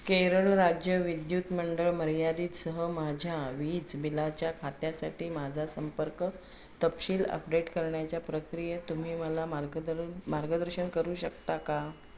केरळ राज्य विद्युत मंडळ मर्यादितसह माझ्या वीज बिलाच्या खात्यासाठी माझा संपर्क तपशील अपडेट करण्याच्या प्रक्रियेत तुम्ही मला मार्गदर मार्गदर्शन करू शकता का